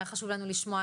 היה חשוב לנו לשמוע,